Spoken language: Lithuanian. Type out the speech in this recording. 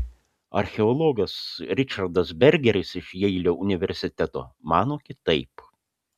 archeologas ričardas bergeris iš jeilio universiteto mano kitaip